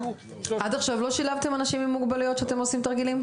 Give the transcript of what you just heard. עד עכשיו לא שילבתם אנשים עם מוגבלויות כשאתם עושים תרגילים?